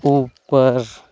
ऊपर